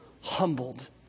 humbled